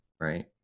Right